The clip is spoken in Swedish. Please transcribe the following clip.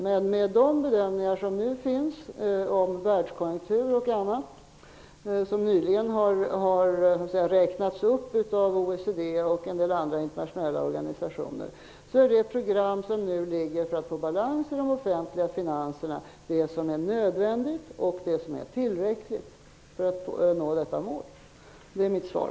Men enligt bedömningarna om världskonjunktur etc., som OECD och en del andra internationella organisationer nyligen har räknat upp, är programmet det som är nödvändigt och tillräckligt för att nå målet balans i de offentliga finanserna. Detta är mitt svar.